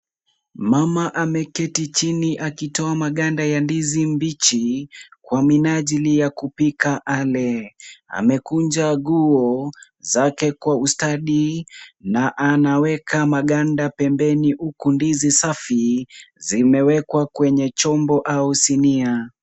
Mama ameketi chini akitoa maganda ya ndizi mbichi kwa minajili ya kupika ale. Amekunja nguo zake kwa ustadi na anaweka maganda pembeni, huku ndizi safi zimewekwa kwenye chombo au sinia,